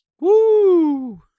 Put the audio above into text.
Woo